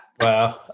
Wow